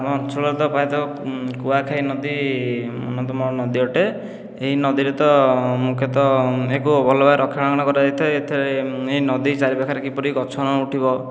ଆମ ଅଞ୍ଚଳରେ ତ ପ୍ରାୟତଃ କୁଆଖାଇ ନଦୀ ଅନ୍ୟତମ ନଦୀ ଅଟେ ଏହି ନଦୀରେ ତ ମୁଖ୍ୟତଃ ଏହାକୁ ଭଲ ଭାବରେ ରକ୍ଷଣା ବେକ୍ଷଣ କରାଯାଇଥାଏ ଏଥିରେ ଏହି ନଦୀ ଚାରି ପାଖରେ କିପରି ଗଛ ନଉଠିବ